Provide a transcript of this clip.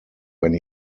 when